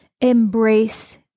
embrace